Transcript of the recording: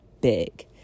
big